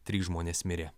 trys žmonės mirė